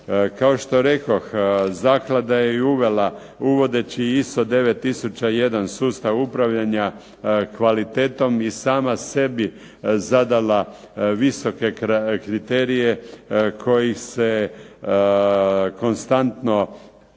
Kao što rekoh, zaklada je i uvela uvodeći ISO:9001, sustav upravljanja kvalitetom i sama sebi zadala visoke kriterije kojih se konstantno